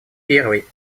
первый